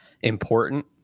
important